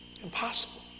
Impossible